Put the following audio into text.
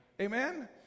Amen